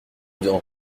besoin